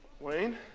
Wayne